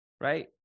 right